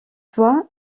toi